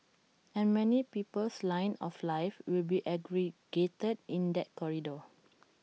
and many people's lines of life will be aggregated in that corridor